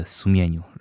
sumieniu